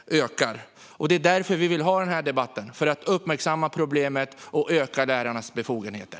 Vi vill ha den här debatten för att uppmärksamma problemet och öka lärarnas befogenheter.